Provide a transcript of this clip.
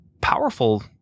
powerful